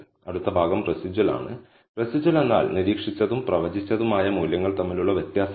അടുത്ത ഭാഗം റെസിജ്വൽ ആണ് റെസിജ്വൽ എന്നാൽ നിരീക്ഷിച്ചതും പ്രവചിച്ചതുമായ മൂല്യങ്ങൾ തമ്മിലുള്ള വ്യത്യാസമാണ്